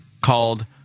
called